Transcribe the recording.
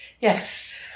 Yes